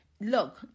Look